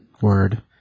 Word